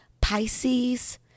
Pisces